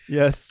Yes